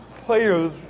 players